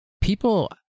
people